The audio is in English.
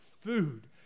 food